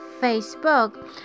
Facebook